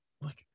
Look